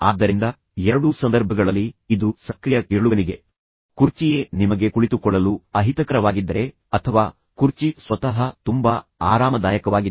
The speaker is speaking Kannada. ಆದ್ದರಿಂದ ಎರಡೂ ಸಂದರ್ಭಗಳಲ್ಲಿ ಇದು ಸಕ್ರಿಯ ಕೇಳುಗನಿಗೆ ಅನಾನುಕೂಲವಾಗುತ್ತದೆ ಕೆಲವೊಮ್ಮೆ ನೀವು ಕುಳಿತಿರುವ ಕುರ್ಚಿಯಲ್ಲಿ ಕೆಲವು ದೋಷಗಳಿರಬಹುದು